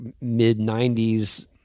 mid-90s